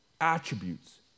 attributes